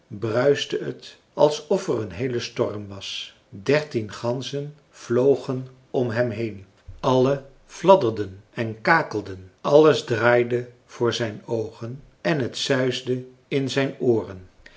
bruiste het alsof er een heele storm was dertien ganzen vlogen om hem heen alle fladderden en kakelden alles draaide voor zijn oogen en t suisde in zijn ooren